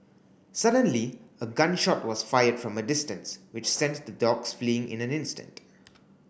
suddenly a gun shot was fired from a distance which sent the dogs fleeing in an instant